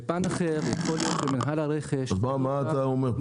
בפן אחר יכול להיות שמינהל הרכש --- מה אתה אומר?